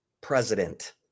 president